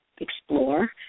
explore